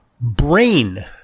brain